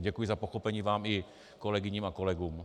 Děkuji za pochopení vám i kolegyním a kolegům.